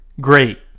great